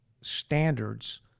standards